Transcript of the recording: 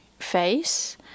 face